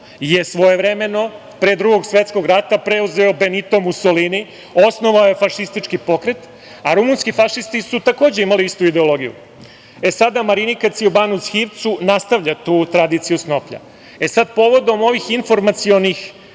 je svojevremeno pre drugog svetskog rada preuzeo Benito Musolini, osnovao je fašistički pokret, a rumunski fašisti su takođe imali istu ideologiju. E, sada Marinika ciubanus hivcu nastavlja tu tradiciju snoplja. Povodom ovih informacionih